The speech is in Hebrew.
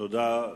תודה.